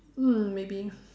mm maybe